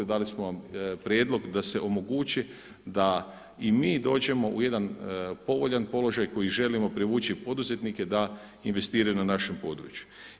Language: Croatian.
Dali smo vam prijedlog da se omogući da i mi dođemo u jedan povoljan položaj koji želimo privući poduzetnike da investiraju na našem području.